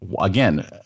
again